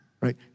Right